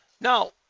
Now